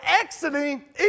exiting